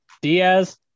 Diaz